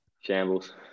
shambles